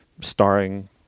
starring